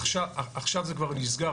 עכשיו זה כבר נסגר,